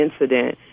incident